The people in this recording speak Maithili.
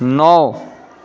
नओ